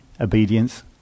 Obedience